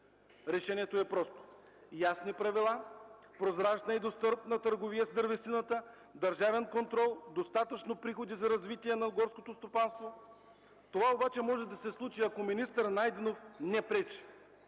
Решението е просто: ясни правила, прозрачна и достъпна търговия с дървесината, държавен контрол, достатъчно приходи за развитието на горското стопанство. Това обаче може да се случи, ако министър Найденов не пречи.